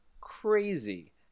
crazy